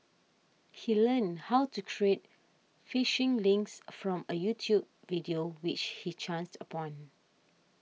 he learned how to create phishing links from a YouTube video which he chanced upon